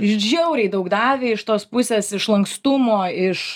žiauriai daug davė iš tos pusės iš lankstumo iš